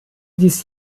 dies